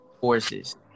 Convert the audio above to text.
forces